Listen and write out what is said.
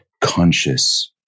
conscious